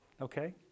Okay